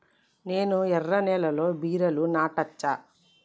నేను ఎర్ర నేలలో బీరలు నాటచ్చా?